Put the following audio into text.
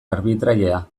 arbitrajea